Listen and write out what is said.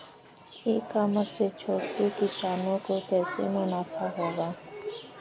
ई commerce से छोटे किसानों को कैसे मुनाफा होगा?